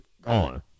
Gone